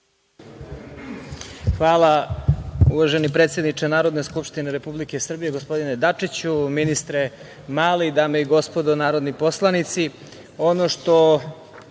Hvala. Uvaženi predsedniče Narodne skupštine Republike Srbije, gospodine Dačiću, ministre Mali, dame i gospodo narodni poslanici, ono što